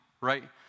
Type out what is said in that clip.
right